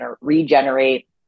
regenerate